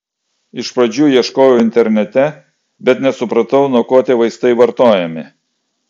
iš pradžių ieškojau internete bet nesupratau nuo ko tie vaistai vartojami